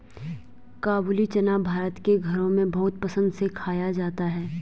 काबूली चना भारत के घरों में बहुत पसंद से खाया जाता है